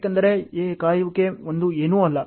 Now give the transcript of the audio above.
ಏಕೆ ಏಕೆಂದರೆ ಕಾಯುವಿಕೆ ಎಂದು ಏನೂ ಇಲ್ಲ